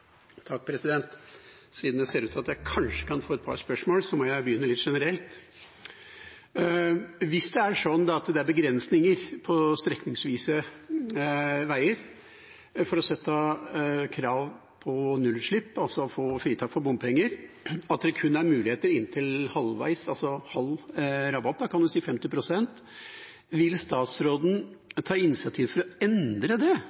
Siden det ser ut til at jeg kanskje kan få stille et par spørsmål, må jeg begynne litt generelt. Hvis det er sånn at det er begrensninger på strekningsvise veier for å sette krav om nullutslipp – altså få fritak for bompenger, at det kun er muligheter inntil halv rabatt, 50 pst. – vil statsråden da ta initiativ til å endre det, sånn at man faktisk kan